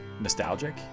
nostalgic